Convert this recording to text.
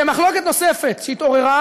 מחלוקת נוספת שהתעוררה,